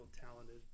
talented